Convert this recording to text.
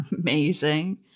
amazing